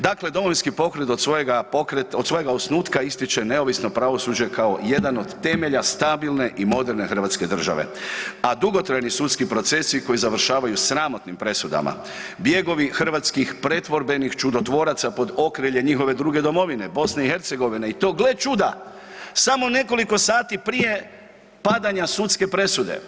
Dakle, Domovinski pokret od svojega osnutka ističe neovisno pravosuđe kao jedan od temelja stabilne i moderne hrvatske države, a dugotrajni sudski procesi koji završavaju sramotnim presudama, bjegovi hrvatskih pretvorbenih čudotvoraca pod okriljem njihove druge domovine, BiH i to gle čuda, samo nekoliko sati prije padanja sudske presude.